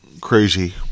crazy